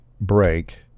break